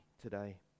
today